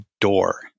door